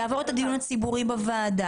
יעבור את הדיון הציבורי בוועדה,